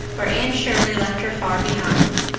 where anne shirley left her far behind.